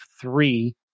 three